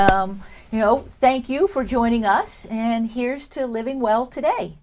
know thank you for joining us and here's to living well today